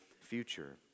future